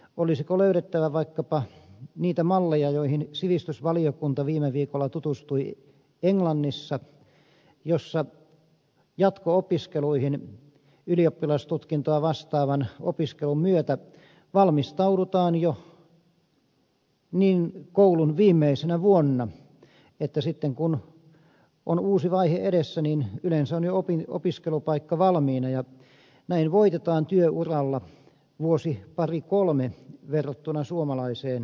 olisiko löydettävä vaikkapa niitä malleja joihin sivistysvaliokunta viime viikolla tutustui englannissa jossa jatko opiskeluihin ylioppilastutkintoa vastaavan opiskelun myötä valmistaudutaan jo koulun viimeisenä vuonna niin että sitten kun on uusi vaihe edessä niin yleensä on jo opiskelupaikka valmiina ja näin voitetaan työuralla vuosi pari kolme verrattuna suomalaiseen käytäntöön